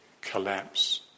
collapse